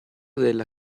della